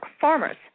farmers